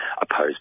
opposed